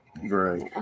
Great